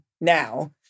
now